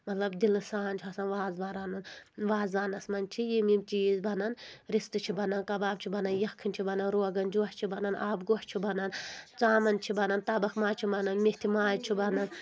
مطلب دِلہٕ سان چھِ آسان وازوان رَنُن وازوانَس منٛز چھِ یِم یِم چیٖز بَنَن رِستہٕ چھِ بَنان کَباب چھِ بَنان یکھٕنۍ چھِ بَنان روغن جوش چھِ بَنَن آب گوش چھُ بَنان ژامَن چھِ بَنان تَبکھ ماز چھِ بَنَان میتھِ ماز چھُ بَنَان